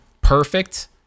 perfect